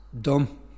dumb